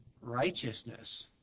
righteousness